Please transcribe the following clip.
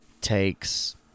takes